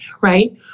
right